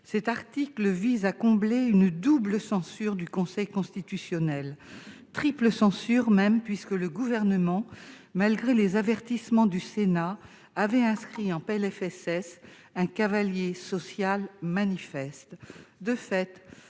cet article vise à combler une double censure du Conseil constitutionnel, triple censure, même, puisque le Gouvernement, malgré les avertissements du Sénat, avait inscrit au projet de loi de financement de la